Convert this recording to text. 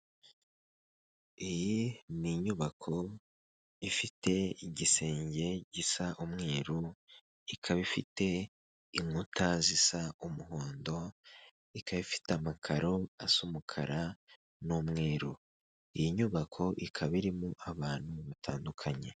Iyi ni inyubako ifite igisenge gisa umweru, ikaba ifite inkuta zisa umuhondo, ikaba ifite amakaro asa umukara n'umweru. Iyi nyubako ikaba irimo abantu batandukanye.